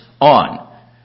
on